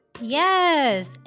yes